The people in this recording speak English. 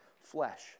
flesh